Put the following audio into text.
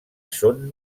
són